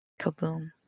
Kaboom